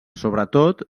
sobretot